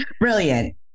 Brilliant